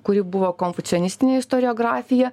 kuri buvo konfucionistinė istoriografija